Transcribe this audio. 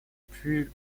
plus